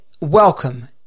welcome